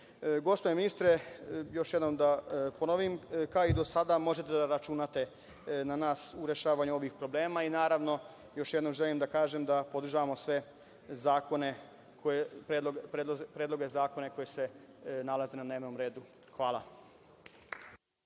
terenu. Gospodine ministre, još jednom da ponovim, kao i do sada možete da računate na nas u rešavanju ovih problema. Naravno, još jednom želim da kažem da podržavamo sve predloge zakona koji se nalaze na dnevnom redu. Hvala.